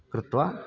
कृत्वा